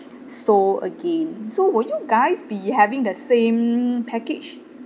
seoul again so will you guys be having the same package